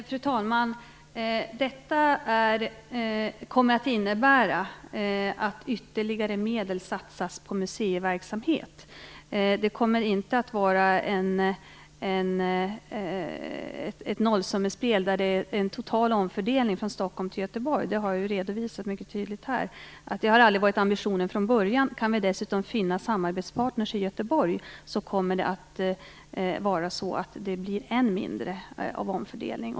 Fru talman! Detta kommer att innebära att ytterligare medel satsas på museiverksamhet. Det kommer inte att vara ett nollsummespel med en total omfördelning från Stockholm till Göteborg. Att det aldrig har varit ambitionen har jag redovisat mycket tydligt. Kan vi dessutom finna samarbetspartners i Göteborg kommer det att bli än mindre av omfördelning.